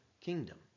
kingdom